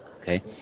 okay